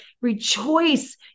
rejoice